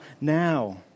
now